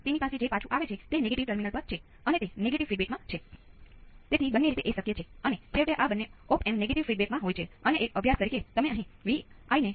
તેથી તે દેખીતી રીતે બહુ જ સ્પષ્ટ છે કે ત્યાં આ થાય છે